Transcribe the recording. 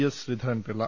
S Sreedharan Pillai